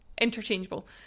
interchangeable